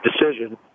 decision